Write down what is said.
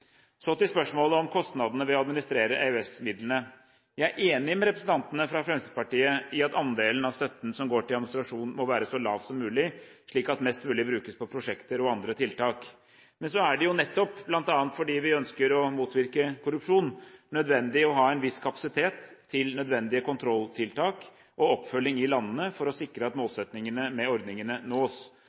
Så til spørsmålet om kostnadene ved å administrere EØS-midlene. Jeg er enig med representantene fra Fremskrittspartiet i at andelen av støtten som går til administrasjon, må være så lav som mulig, slik at mest mulig brukes på prosjekter og andre tiltak. Men så er det jo nettopp, bl.a. fordi vi ønsker å motvirke korrupsjon, nødvendig å ha en viss kapasitet til nødvendige kontrolltiltak og oppfølging i landene for å sikre at målsettingene med ordningene nås.